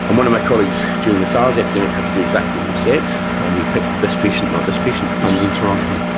and one of my colleagues during the sars epidemic had to do exactly what you said and they picked this patient, not this patient. this was in toronto? um